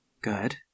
Good